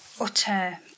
utter